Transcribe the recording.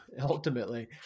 Ultimately